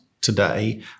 today